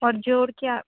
اور جور کیا